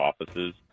offices